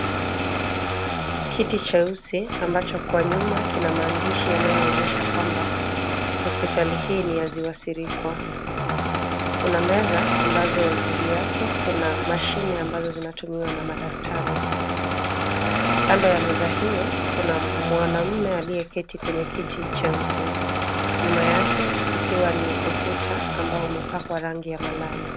Kiti cheusi ambacho kwa nyuma kina maandishi yanayoonyesha kwamba hospitali hii ni ya Ziwa Sirikwa. Kuna meza ambazo juu yake kuna mashine ambazo zinatumiwa na madaktari. Kando ya meza hiyo, kuna mwanaume aliyeketi kwenye kiti cheusi. Nyuma yake ukiwa ni ukuta ambao umepakwa rangi ya malai.